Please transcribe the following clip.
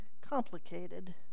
complicated